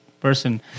person